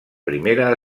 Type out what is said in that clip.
primera